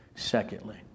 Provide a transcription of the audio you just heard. Secondly